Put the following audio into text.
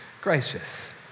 gracious